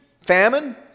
famine